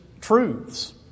truths